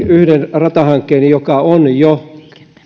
yhden ratahankkeen joka on jo